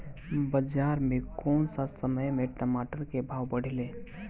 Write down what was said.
बाजार मे कौना समय मे टमाटर के भाव बढ़ेले?